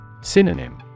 Synonym